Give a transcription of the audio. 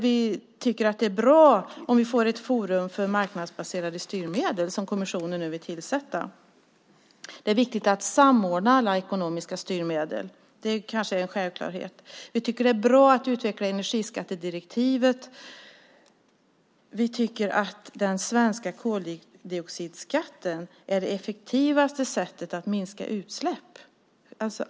Vi tycker att det är bra om vi får det forum för marknadsbaserade styrmedel som kommissionen nu vill tillsätta. Det är viktigt att samordna alla ekonomiska styrmedel; det kanske är en självklarhet. Vi tycker att det är bra att man utvecklar energiskattedirektivet. Vi tycker att den svenska koldioxidskatten är det effektivaste sättet att minska utsläpp.